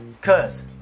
Cause